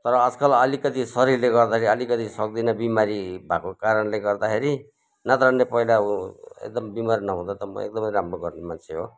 तर आजकल अलिकति शरीरले गर्दाखेरि अलिकति सक्दिन बिमारी भएको कारणले गर्दाखेरि नत्र भने पहिला अब एकदम बिमार नहुँदा त म एकदमै राम्रो गर्ने मान्छे हो